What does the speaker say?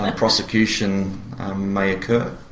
and prosecution may occur.